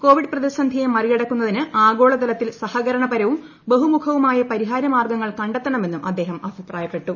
Covid പ്രതിസന്ധിയെ മറികടക്കുന്നതിന് ആഗോള തലത്തിൽ സഹകരണപരവും ബഹുമുഖവുമായ പരിഹാര മാർഗ്ഗങ്ങൾ കത്തെണമെന്നും അദ്ദേഹം അഭിപ്രായപ്പെട്ടു